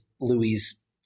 Louis